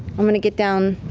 i'm going to get down